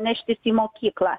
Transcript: neštis į mokyklą